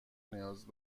نیاز